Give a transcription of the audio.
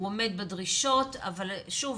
הוא עומד בדרישות אבל שוב,